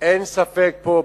אין ספק פה,